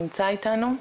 נמצא איתנו?